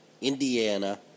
Indiana